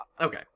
okay